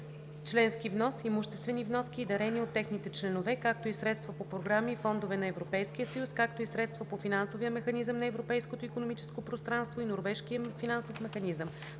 членски внос, имуществени вноски и дарения от техните членове, както и средства по програми и фондове на Европейския съюз, както и средства по Финансовия механизъм на Европейското икономическо пространство и Норвежкия финансов механизъм.